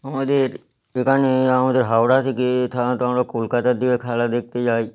আমাদের এখানে আমাদের হাওড়া থেকে সাধারণত আমরা কলকাতার দিকে খেলা দেখতে যাই